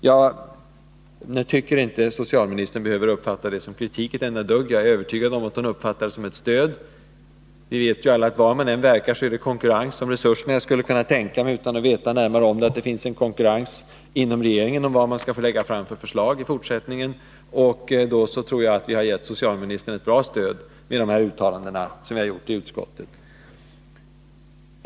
Jag tycker inte att socialministern behöver uppfatta detta som kritik ett enda dugg. Jag är övertygad om att hon uppfattar detta som ett stöd. Vi vet ju alla att var man än verkar, så är det konkurrens om resurserna. Jag skulle kunna tänka mig, utan att veta något närmare om det, att det finns en konkurrens inom regeringen om vad man skall få lägga fram för förslag i fortsättningen. Då tror jag att vi har gett socialministern ett bra stöd genom de uttalanden som vi har gjort i utskottet.